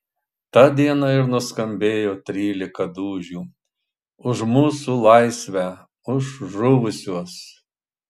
tą dieną ir nuskambėjo trylika dūžių už mūsų laisvę už žuvusius